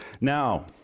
Now